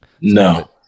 No